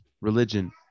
religion